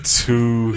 two